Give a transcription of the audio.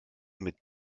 mit